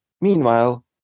meanwhile